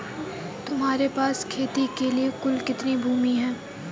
तुम्हारे पास खेती के लिए कुल कितनी भूमि है?